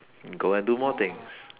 go and do more things